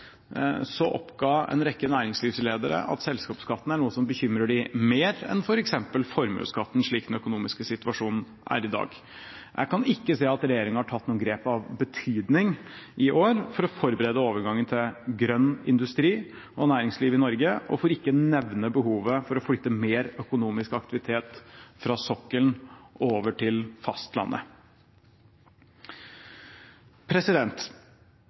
oppga en rekke næringslivsledere at selskapsskatten er noe som bekymrer dem mer enn f.eks. formuesskatten, slik den økonomiske situasjonen er i dag. Jeg kan ikke se at regjeringen har tatt noen grep av betydning i år for å forberede overgangen til grønn industri og næringsliv i Norge, for ikke å nevne behovet for å flytte mer økonomisk aktivitet fra sokkelen og over til fastlandet.